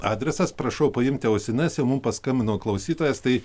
adresas prašau paimti ausines jau mum paskambino klausytojas tai